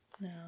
No